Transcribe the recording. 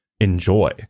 enjoy